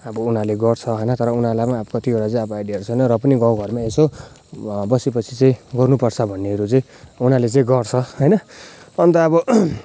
अब उनीहरूले गर्छ होइन तर उनीहरूलाई पनि कतिवटा चाहिँ अब आइडियाहरू छैन र पनि अब गाउँ घरमा यसो बसेपछि चाहिँ गर्नुपर्छ भन्नेहरू चाहिँ उनीहरूले चाहिँ गर्छ होइन अन्त अब